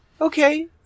okay